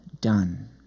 done